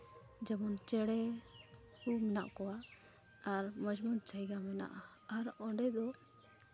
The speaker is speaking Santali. ᱡᱮᱢᱚᱱ ᱪᱮᱬᱮ ᱠᱚ ᱢᱮᱱᱟᱜ ᱠᱚᱣᱟ ᱟᱨ ᱢᱚᱡᱽ ᱢᱚᱡᱽ ᱡᱟᱭᱜᱟ ᱢᱮᱱᱟᱜᱼᱟ ᱟᱨ ᱚᱸᱰᱮ ᱫᱚ